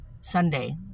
Sunday